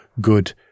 good